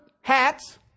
hats